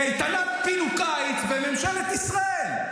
קייטנת פינוק קיץ בממשלת ישראל.